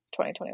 2021